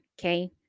okay